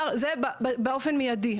זה באופן מיידי.